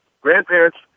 grandparents